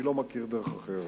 אני לא מכיר דרך אחרת.